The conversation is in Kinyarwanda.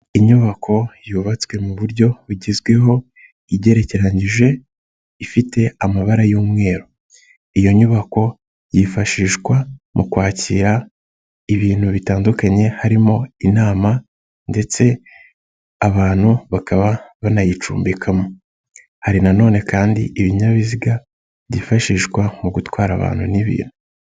Inyubako yubatswe mu buryo bugezweho igereranije ifite amabara y'umweru. Iyo nyubako yifashishwa mu kwakira ibintu bitandukanye harimo inama ndetse abantu bakaba banayicumbikamo. Hari nanone kandi ibinyabiziga byifashishwa mu gutwara abantu n'ibintu.